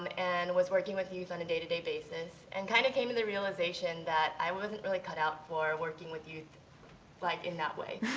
and and was working with youth on a day-to-day basis, and kind of came into the realization that i wasn't really cut out for working with youth like in that way.